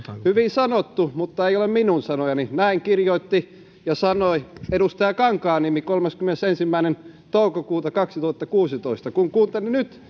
hyvin sanottu mutta eivät ole minun sanojani näin kirjoitti ja sanoi edustaja kankaanniemi kolmaskymmenesensimmäinen toukokuuta kaksituhattakuusitoista kun kuuntelen nyt